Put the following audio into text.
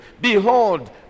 Behold